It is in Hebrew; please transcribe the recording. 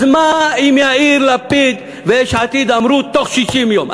אז מה אם יאיר לפיד ויש עתיד אמרו, בתוך 60 יום?